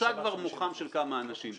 חצה כבר מוחם של כמה אנשים.